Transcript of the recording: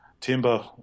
timber